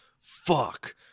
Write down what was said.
Fuck